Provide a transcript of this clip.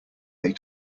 they